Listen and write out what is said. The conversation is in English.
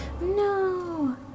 No